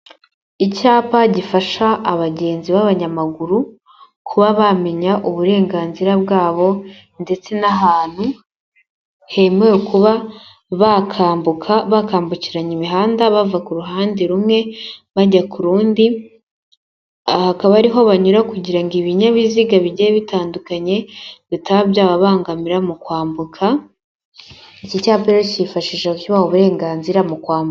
Icyapa gifasha abagenzi b'abanyamaguru, kuba bamenya uburenganzira bwabo ndetse n'ahantu, hemewe kuba bakambuka bakambukiranya imihanda, bava ku ruhande rumwe bajya ku rundi, akaba ariho banyura kugira ngo ibinyabiziga bigiye bitandukanye, bitaba byababangamira mu kwambuka. Iki cyapa reki hifashisha cyubaha uburenganzira mu kwambuka.